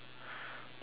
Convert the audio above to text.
oh so